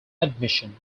admission